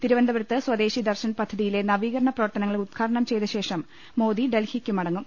തിരുവനന്തപുരത്ത് സ്വദേശി ദർശൻ പദ്ധതിയിലെ നവീകരണ പ്രവർത്തനങ്ങൾ ഉദ്ഘാടനം ചെയ്തശേഷം മോദി ഡൽഹിക്കു മടങ്ങും